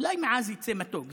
אולי מעז יצא מתוק.